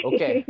Okay